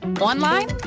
Online